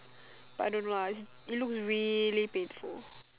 but I don't know lah it looks really painful